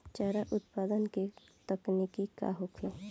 चारा उत्पादन के तकनीक का होखे?